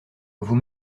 vous